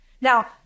Now